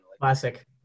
classic